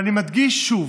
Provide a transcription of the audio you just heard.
ואני מדגיש שוב: